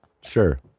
sure